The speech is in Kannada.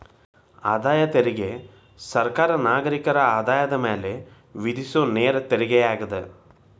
ಆದಾಯ ತೆರಿಗೆ ಸರ್ಕಾರಕ್ಕ ನಾಗರಿಕರ ಆದಾಯದ ಮ್ಯಾಲೆ ವಿಧಿಸೊ ನೇರ ತೆರಿಗೆಯಾಗ್ಯದ